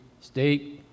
state